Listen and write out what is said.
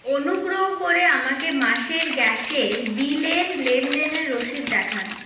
অনুগ্রহ করে আমাকে মাস এর গ্যাস এর বিলের লেনদেনের রসিদ দেখান